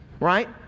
right